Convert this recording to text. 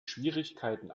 schwierigkeiten